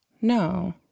no